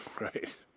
Right